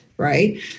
Right